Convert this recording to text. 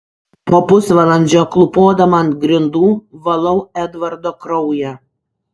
po pusvalandžio klūpodama ant grindų valau edvardo kraują